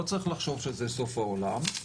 לא צריך לחשוב שזה סוף העולם.